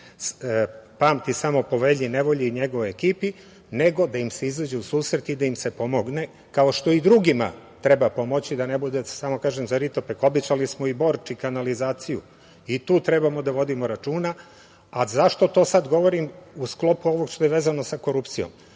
pamti samo po Velji nevolji i njegovoj ekipi, nego da im se izađe u susret i da im se pomogne, kao što i drugima treba pomoći, da ne bude samo za Ritopek. Obećali smo i Borči kanalizaciju. I tu treba da vodimo računa.Zašto to sada govorim, u sklopu ovoga što je vezano sa korupcijom?